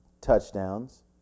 touchdowns